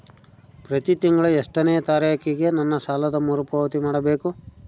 ಪ್ರತಿ ತಿಂಗಳು ಎಷ್ಟನೇ ತಾರೇಕಿಗೆ ನನ್ನ ಸಾಲದ ಮರುಪಾವತಿ ಮಾಡಬೇಕು?